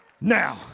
Now